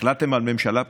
החלטתם על ממשלה פריטטית?